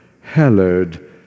hallowed